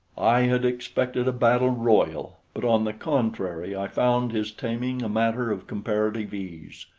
i had expected a battle royal but on the contrary i found his taming a matter of comparative ease.